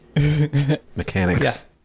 mechanics